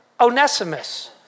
Onesimus